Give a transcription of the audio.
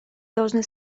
должны